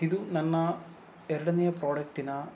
ಇದು ನನ್ನ ಎರಡನೆಯ ಪ್ರಾಡಕ್ಟಿನ